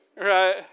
Right